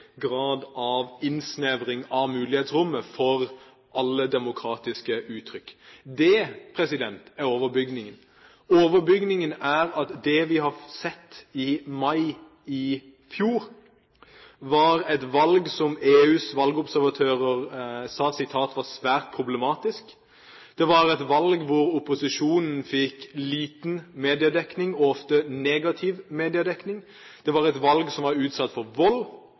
grad av innsnevring av mulighetsrommet for alle demokratiske uttrykk. Det er overbygningen. Overbygningen er at det vi så i mai i fjor, var et valg som EUs valgobservatører sa var svært problematisk. Det var et valg hvor opposisjonen fikk liten og ofte negativ mediedekning. Det var et valg hvor man var utsatt for vold.